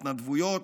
התנדבויות,